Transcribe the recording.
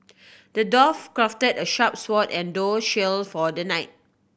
the dwarf crafted a sharp sword and tough shield for the knight